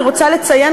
אני רוצה לציין,